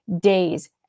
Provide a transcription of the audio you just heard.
days